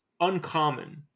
uncommon